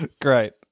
Great